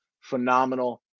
phenomenal